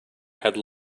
had